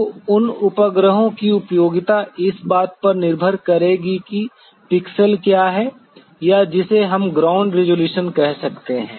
तो उन उपग्रहों की उपयोगिता इस बात पर निर्भर करेगी कि पिक्सेल क्या है या जिसे हम ग्राउंड रिज़ॉल्यूशन कह सकते हैं